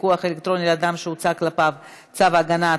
פיקוח אלקטרוני על אדם שהוצא כנגדו צו הגנה),